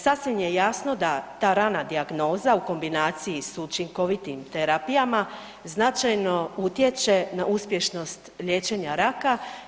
Sasvim je jasno da ta rana dijagnoza u kombinaciji s učinkovitim terapijama značajno utječe na uspješnost liječenja raka.